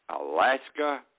Alaska